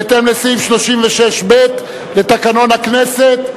בהתאם לסעיף 36(ב) בתקנון הכנסת.